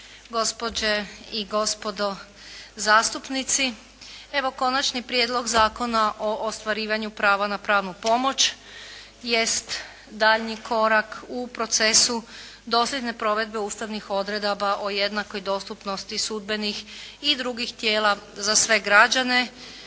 Gospođe i gospodo zastupnici. Evo Konačni prijedlog zakona o ostvarivanju prava na pravnu pomoć jest daljnji korak u procesu dosljedne provedbe ustavnih odredaba o jednakoj dostupnosti sudbenih i drugih tijela za sve građane